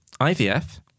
IVF